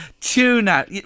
Tuna